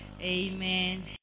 Amen